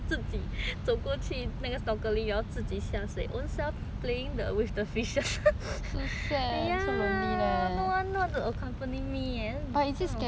要自己下水 own self playing the with the fishes ya no one wants to accompany me leh actually um